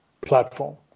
platform